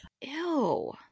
Ew